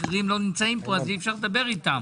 אחרים לא נמצאים פה אי אפשר לדבר איתם.